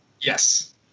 Yes